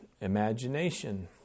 imagination